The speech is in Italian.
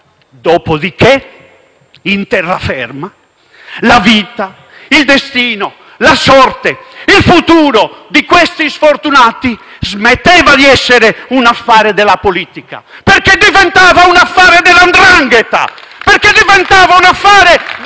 Dopodiché, in terraferma, la vita, il destino, la sorte, il futuro di questi sfortunati smetteva di essere un affare della politica perché diventava un affare della 'ndrangheta, perché diventava un affare di